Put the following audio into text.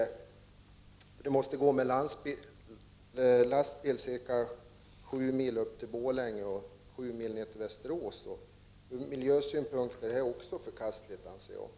Transporterna måste gå med lastbil sju mil upp till Borlänge och sju mil ner till Västerås. Jag anser att detta är förkastligt också ur miljösynpunkt.